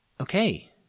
Okay